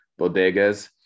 bodegas